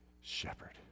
shepherd